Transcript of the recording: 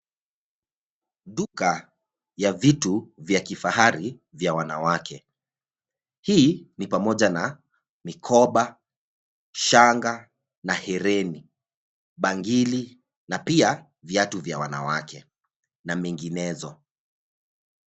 Duka ya vitu vya kifahari vya wanawake. Hii ni pamoja na mikoba, shanga na herini, bangili na pia viatu vya wanawake na menginezo.